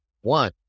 one